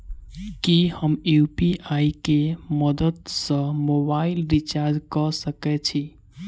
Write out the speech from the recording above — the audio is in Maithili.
की हम यु.पी.आई केँ मदद सँ मोबाइल रीचार्ज कऽ सकैत छी?